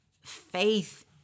faith